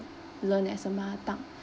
learn as a mother tongue